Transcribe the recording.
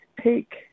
take